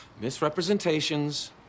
Misrepresentations